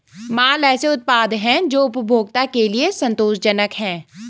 माल ऐसे उत्पाद हैं जो उपभोक्ता के लिए संतोषजनक हैं